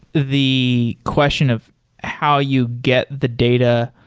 the question of how you get the data.